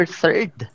third